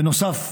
בנוסף,